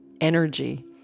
energy